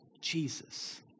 Jesus